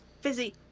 fizzy